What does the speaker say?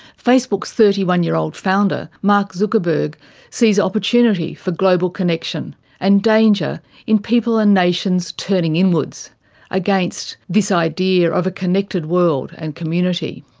facebook's thirty one year old founder mark zuckerberg sees opportunity for global connection and danger in people and nations turning inwards against this idea of a connected world and community.